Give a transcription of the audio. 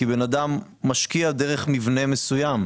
כי בן אדם משקיע דרך מבנה מסוים,